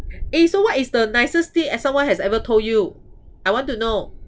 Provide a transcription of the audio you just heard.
eh so what is the nicest thing eh someone has ever told you I want to know